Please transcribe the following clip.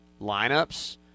lineups